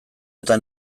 eta